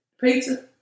Pizza